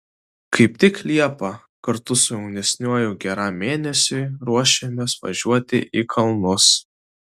kaip tik liepą kartu su jaunesniuoju geram mėnesiui ruošiamės važiuoti į kalnus